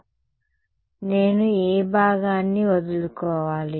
కాబట్టి నేను ఏ భాగాన్ని వదులుకోవాలి